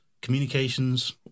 communications